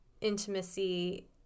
intimacy